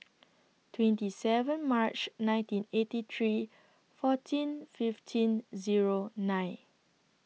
twenty seven March nineteen eighty three fourteen fifteen Zero nine